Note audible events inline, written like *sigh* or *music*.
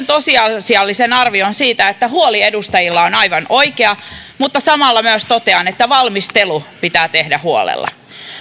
*unintelligible* tosiasiallinen arvioni myös on että huoli edustajilla on aivan oikea mutta samalla myös totean että valmistelu pitää tehdä huolella